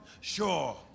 Sure